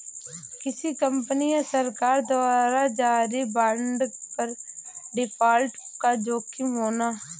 किसी कंपनी या सरकार द्वारा जारी बांड पर डिफ़ॉल्ट का जोखिम होना